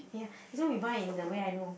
ya this one we buy in the where I know